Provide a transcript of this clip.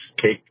Cake